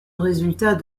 résultat